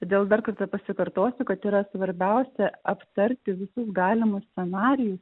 todėl dar kartą pasikartosiu kad yra svarbiausi aptarti visus galimus scenarijus